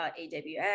AWS